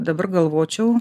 dabar galvočiau